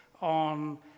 on